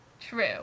True